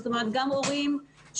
זאת אומרת, יש הורים שחוששים,